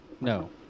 No